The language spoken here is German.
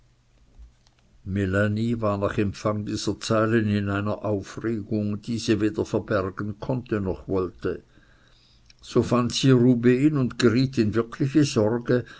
war nach empfang dieser zeilen in einer aufregung die sie weder verbergen konnte noch wollte so fand sie rubehn und geriet in wirkliche sorge